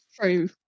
true